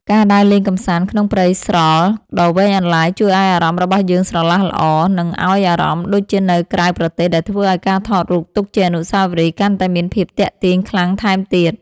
ការដើរលេងកម្សាន្តក្នុងព្រៃស្រល់ដ៏វែងអន្លាយជួយឱ្យអារម្មណ៍របស់យើងស្រឡះល្អ និង ឱ្យអារម្មណ៍ដូចជានៅក្រៅប្រទេសដែលធ្វើឱ្យការថតរូបទុកជាអនុស្សាវរីយ៍កាន់តែមានភាពទាក់ទាញខ្លាំងថែមទៀត។